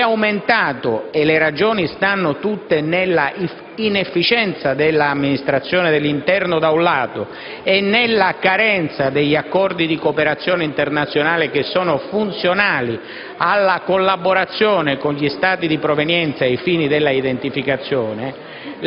è aumentato - e le ragioni stanno nell'inefficienza dell'Amministrazione dell'interno, da un lato, e nella carenza degli accordi di cooperazione internazionale che sono funzionali alla collaborazione con gli Stati di provenienza ai fini della identificazione,